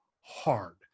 hard